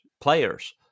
players